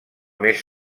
mes